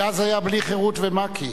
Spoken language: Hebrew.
כי אז היה בלי חרות ומק"י.